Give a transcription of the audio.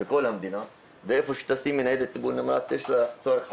בכל המדינה ואיפה שתשימי ניידת טיפול נמרץ יש לה צורך חשוב,